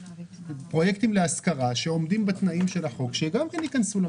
פרויקטים להשכרה שעומדים בתנאים של החוק שגם הם ייכנסו?